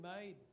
made